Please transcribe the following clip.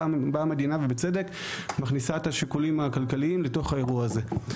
באה המדינה ובצדק מכניסה את השיקולים הכלכליים לתוך האירוע הזה.